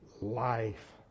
life